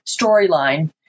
storyline